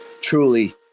truly